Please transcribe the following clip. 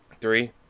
Three